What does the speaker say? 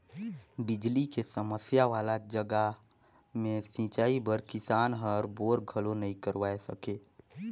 बिजली के समस्या वाला जघा मे सिंचई बर किसान हर बोर घलो नइ करवाये सके